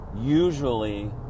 Usually